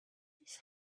this